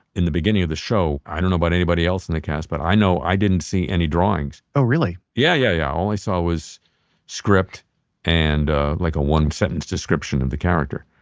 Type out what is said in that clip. in the beginning of the show, i don't know about anybody else in the cast but i know i didn't see any drawings oh really? yeah, yeah, yeah. i only saw was script and like a one sentence description of the character,